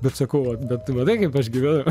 bet sakau va bettu matai kaip aš gyvenu